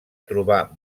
trobar